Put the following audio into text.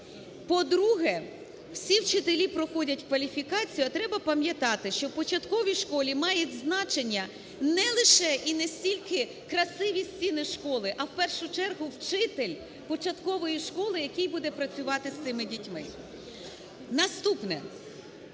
по-друге, всі вчителі проходять кваліфікацію, а треба пам'ятати, що у початковій школі мають значення не лише і не стільки красиві стіни школи, а в першу чергу, вчитель початкової школи, який буде працювати з цими дітьми. Наступне: